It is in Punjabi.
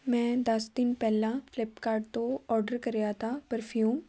ਮੈਂ ਦਸ ਦਿਨ ਪਹਿਲਾਂ ਫਲਿਪਕਾਰਡ ਤੋਂ ਔਡਰ ਕਰਿਆ ਤਾ ਪਰਫਿਊਮ